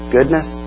Goodness